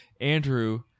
Andrew